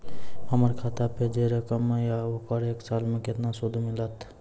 हमर खाता पे जे रकम या ओकर एक साल मे केतना सूद मिलत?